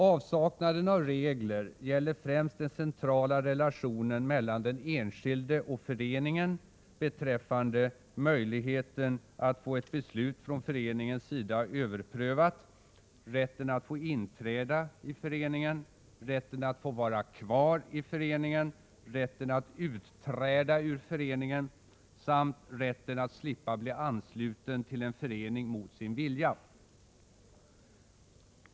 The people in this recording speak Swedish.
Avsaknaden av regler gäller främst den centrala relationen mellan den enskilde och föreningen beträffande - möjligheten att få ett beslut från föreningens sida prövat, - rätten att slippa bli ansluten till en förening mot sin vilja.